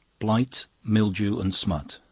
blight, mildew, and smut.